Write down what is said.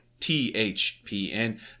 THPN